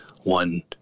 one